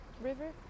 river